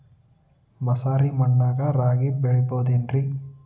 ಮಸಾರಿ ಮಣ್ಣಾಗ ರಾಗಿ ಬೆಳಿಬೊದೇನ್ರೇ?